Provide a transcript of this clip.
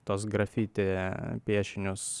tuos grafiti piešinius